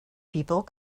people